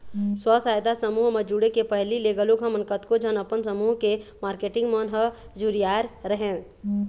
स्व सहायता समूह म जुड़े के पहिली ले घलोक हमन कतको झन अपन समूह के मारकेटिंग मन ह जुरियाय रेहेंन